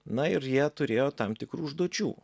na ir jie turėjo tam tikrų užduočių